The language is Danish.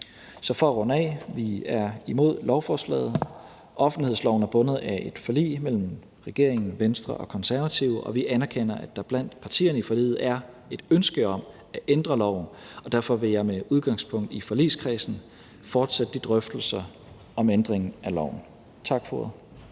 Så for at runde af: Vi er imod lovforslaget. Offentlighedsloven er bundet af et forlig mellem regeringen, Venstre og Konservative. Vi anerkender, at der blandt partierne i forliget er et ønske om at ændre loven, og derfor vil jeg med udgangspunkt i forligskredsen fortsætte de drøftelser om en ændring af loven. Tak for ordet.